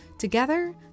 Together